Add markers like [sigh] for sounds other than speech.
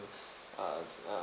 [breath] uh uh